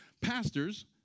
Pastors